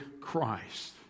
Christ